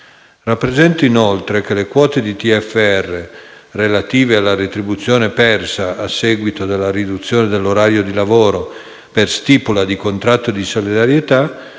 Rappresento, inoltre, che le quote di TFR relative alla retribuzione persa a seguito della riduzione dell'orario di lavoro per stipula di contratto di solidarietà